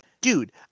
Dude